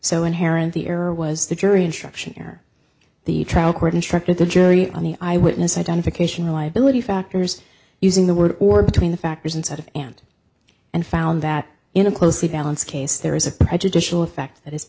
so inherent the error was the jury instruction or the trial court instructed the jury on the eyewitness identification reliability factors using the word or between the factors instead of and and found that in a closely balanced case there is a prejudicial effect that i